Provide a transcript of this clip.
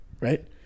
right